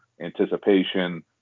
anticipation